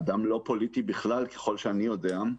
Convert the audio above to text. אדם לא פוליטי בכלל ככל שאני יודע,